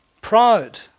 proud